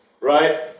Right